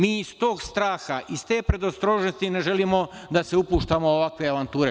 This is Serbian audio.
Mi iz tog straha, iz te predostrožnosti ne želimo da se upuštamo u ovakve avanture.